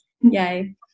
yay